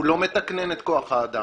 הוא לא מתקנן את כוח האדם.